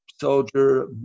soldier